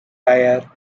tyre